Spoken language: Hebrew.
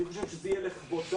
אני חושב שזה יהיה לכבודם,